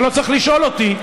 אתה לא צריך לשאול אותי,